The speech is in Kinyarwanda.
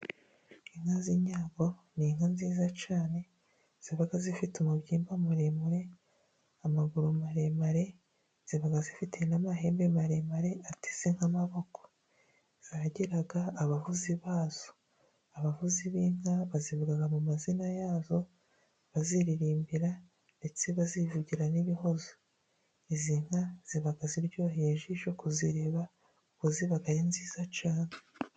Inka z'inyambo ni inka nziza cyane, ziba zifite umubyimba muremure, amaguru maremare ziba zifite n'amahembe maremare ahese nk'amaboko, ahagira abavuzi bazo abavuzi b'inka bazivugaga mu mazina yazo baziririmbira ndetse bazivugira n'ibihozo izi nka ziba ziryoheye ijisho kuzireba nziza cyane.